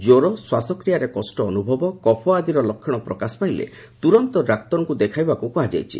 କ୍ୱର ଶ୍ୱାସକ୍ରିୟାରେ କଷ୍ଟ ଅନୁଭବ କଫ ଆଦିର ଲକ୍ଷଣ ପ୍ରକାଶ ପାଇଲେ ତୁରନ୍ତ ଡାକ୍ତରଙ୍କୁ ଦେଖାଇବାକୁ କୁହାଯାଇଛି